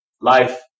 life